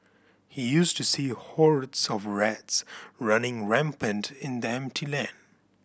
he used to see hordes of rats running rampant in the empty land